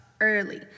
early